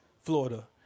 Florida